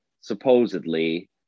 supposedly